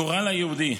הגורל היהודי,